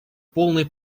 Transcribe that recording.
полной